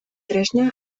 tresna